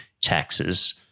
taxes